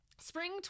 Spring